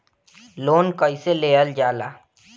Loan कईसे लेल जाला?